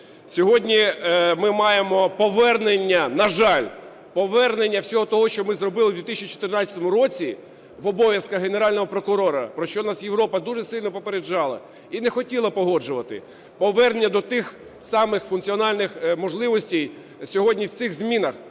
Сьогодні ми маємо повернення, на жаль, повернення всього того, що ми зробили в 2014 році в обов'язках Генерального прокурора, про що нас Європа дуже сильно попереджала і не хотіла погоджувати, повернення до тих самих функціональних можливостей. Сьогодні в цих змінах